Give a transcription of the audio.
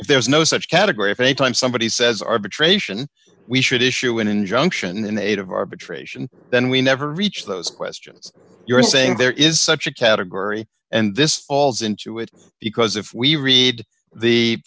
if there's no such category of anytime somebody says arbitration we should issue an injunction in eight of arbitration then we never reach those questions you're saying there is such a category and this falls into it because if we read the